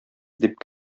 дип